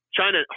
China